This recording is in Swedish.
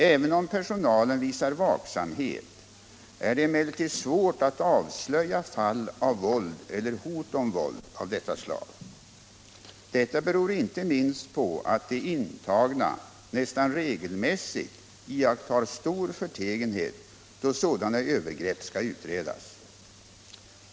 Även om personalen visar vaksamhet är det emellertid svårt att avslöja fall av våld eller hot om våld av detta slag. Det beror inte minst på att de intagna nästan regelmässigt iakttar stor förtegenhet då sådana övergrepp skall utredas.